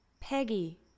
Peggy